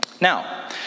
Now